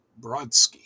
Brodsky